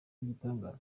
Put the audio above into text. ibitangaza